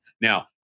Now